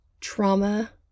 trauma